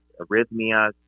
arrhythmias